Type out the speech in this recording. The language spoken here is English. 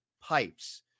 pipes